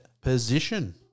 position